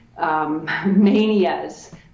manias